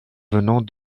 venant